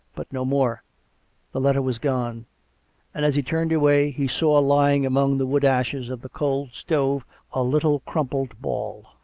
but no more the letter was gone and, as he turned away, he saw lying among the wood-ashes of the cold stove a little crumpled ball.